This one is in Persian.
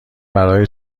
برای